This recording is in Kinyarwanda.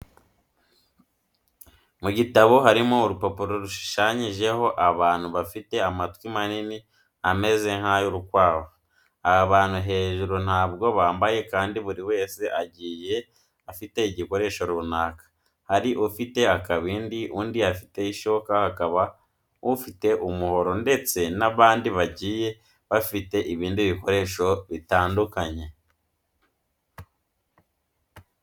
Mu gitabo harimo urupapuro rushushanyijeho abantu bafite amatwi manini ameze nk'ay'urukwavu. Aba bantu hejuru ntabwo bambaye kandi buri wese agiye afite igikoresho runaka. Hari ufite akabindi, undi afite ishoka, hakaba ufite umuhoro ndetse n'abandi bagiye bafite ibindi bikoresho bitandukanye.